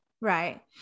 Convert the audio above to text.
Right